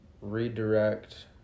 redirect